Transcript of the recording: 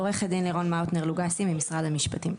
עורכת דין לירון מאוטנר לוגסי ממשרד המשפטים.